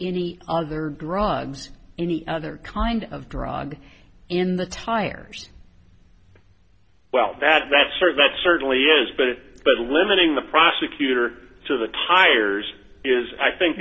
any other drugs any other kind of drug in the tires well that that sir that certainly is but but limiting the prosecutor to the tires is i think